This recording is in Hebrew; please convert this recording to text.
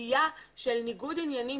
הסוגיה של ניגוד עניינים,